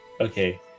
okay